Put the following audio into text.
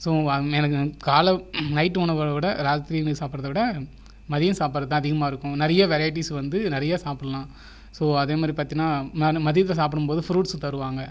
so எனக்கு night உணவு விட ராத்திரியில் சாப்பிடுவதை விட மதியம் சாப்பிடுவது அதிகமாக இருக்கும் நிறைய வெரைட்டிஸ் வந்து நிறைய சாப்புடலாம் ஸோ அதே மாதிரி பார்த்தீங்கன்னா நான் மதியத்தில் சாப்பிடும் போது ஃப்ரூட்ஸ் தருவாங்க